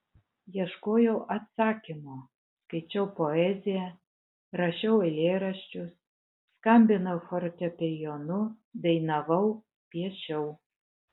ieškojau atsakymo skaičiau poeziją rašiau eilėraščius skambinau fortepijonu dainavau piešiau